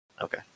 Okay